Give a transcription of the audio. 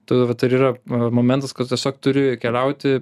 tai vat ir yra momentas kad tu tiesiog turi keliauti